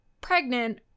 pregnant